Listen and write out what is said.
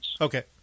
Okay